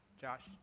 Josh